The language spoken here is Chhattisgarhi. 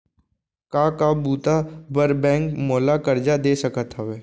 का का बुता बर बैंक मोला करजा दे सकत हवे?